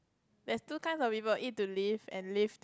there's two kinds of people eat to live and live